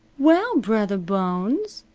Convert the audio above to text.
well, brothah bones,